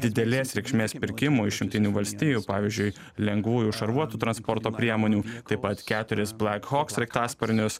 didelės reikšmės pirkimų iš jungtinių valstijų pavyzdžiui lengvųjų šarvuotų transporto priemonių taip pat keturis black hawk sraigtasparnius